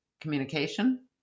communication